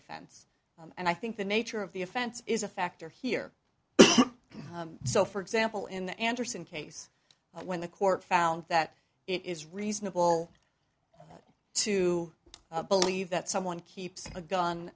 offense and i think the nature of the offense is a factor here so for example in the andersen case when the court found that it is reasonable to believe that someone keeps a gun